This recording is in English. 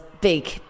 big